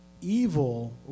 Evil